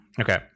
Okay